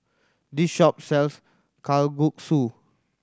this shop sells Kalguksu